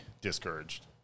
discouraged